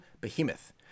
behemoth